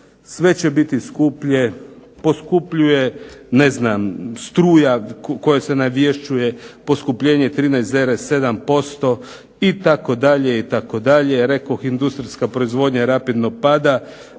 Sve će biti skuplje. Poskupljuje struja koja se navješćuje poskupljenje 13,7% itd., itd., rekoh industrijska proizvodnja rapidno pada.